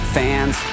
fans